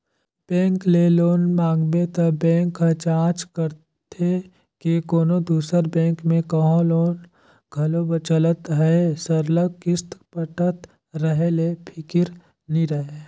bank ले loan मांगबे त बेंक ह जांच करथे के कोनो दूसर बेंक में कहों लोन घलो चलत अहे सरलग किस्त पटत रहें ले फिकिर नी रहे